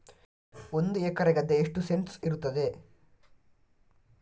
ಒಂದು ಎಕರೆ ಗದ್ದೆ ಎಷ್ಟು ಸೆಂಟ್ಸ್ ಇರುತ್ತದೆ?